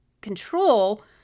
control